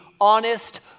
honest